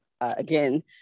again